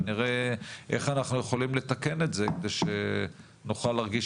ונראה איך אנחנו יכולים לתקן את זה כדי שנוכל להרגיש